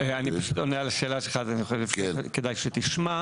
פשוט עונה על השאלה שלך, כדאי שתשמע.